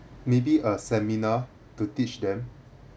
maybe a seminar to teach them